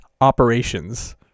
operations